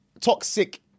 toxic